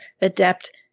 adept